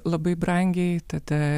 labai brangiai tada